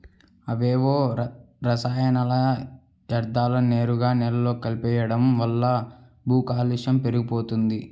అవేవో రసాయనిక యర్థాలను నేరుగా నేలలో కలిపెయ్యడం వల్ల భూకాలుష్యం పెరిగిపోతంది